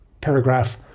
Paragraph